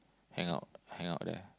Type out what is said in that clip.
hang out hang out there